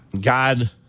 God